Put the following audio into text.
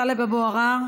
חבר הכנסת טלב אבו עראר,